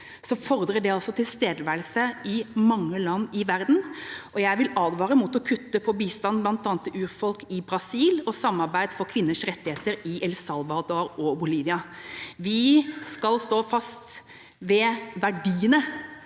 fordrer det også tilstedeværelse i mange land i verden. Jeg vil advare mot å kutte i bistand bl.a. til urfolk i Brasil og til samarbeid for kvinners rettigheter i El Salvador og Bolivia. Vi skal stå fast ved verdiene